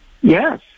Yes